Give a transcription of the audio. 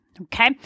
okay